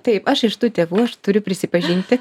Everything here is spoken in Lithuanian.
taip aš iš tų tėvų aš turiu prisipažinti